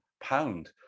pound